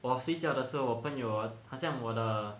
我睡觉的时候我朋友好像我的